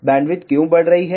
bandwidth क्यों बढ़ रही है